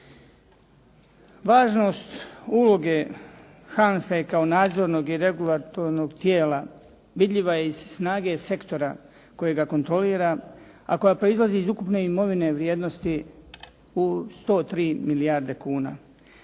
Važnost uloge HANFA-e kao nadzornog i regulatornog tijela vidljiva je iz snage sektora kojega kontrolira, a koja proizlazi iz ukupne imovine vrijednosti u 103 milijarde kuna.